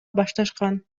башташкан